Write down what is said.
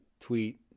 tweet